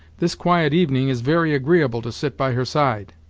this quiet evening is very agreeable to sit by her side.